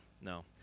no